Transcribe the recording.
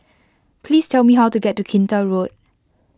please tell me how to get to Kinta Road